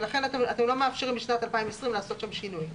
ולכן, אתם לא מאפשרים משנת 2020 לעשות שם שינוי.